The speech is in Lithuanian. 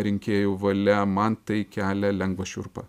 rinkėjų valia man tai kelia lengvą šiurpą